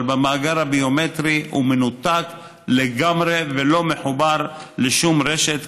אבל המאגר הביומטרי מנותק לגמרי ולא מחובר לשום רשת,